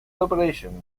liberation